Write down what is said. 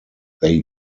they